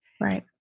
Right